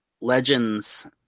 Legends